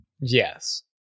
yes